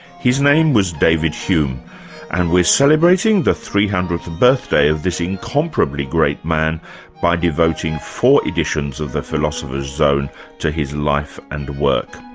his name was david hume and we're celebrating the three hundredth birthday of this incomparably great man by devoting four editions of the philosopher's zone to his life and work.